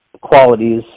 qualities